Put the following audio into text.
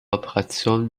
operation